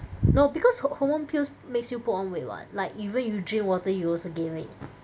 no because ho~ hormone pills makes you put on weight [what] like even you drink water you also gain weight